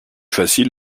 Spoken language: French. facile